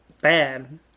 bad